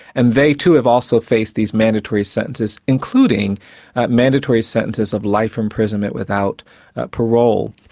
and they too have also faced these mandatory sentences, including mandatory sentences of life imprisonment without parole.